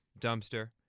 Dumpster